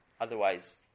Otherwise